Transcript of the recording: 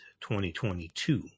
2022